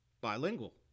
Bilingual